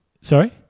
Sorry